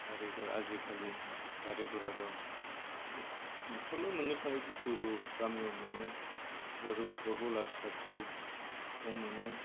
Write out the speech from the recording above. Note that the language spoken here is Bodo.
गारि घरा आजिखालि गारि घरा दं मोनफ्रोमबो मोननो थाङि बुस्थुफोरखौ गामियाव मोनै बा गला फिसा फिसौफ्राव मोनै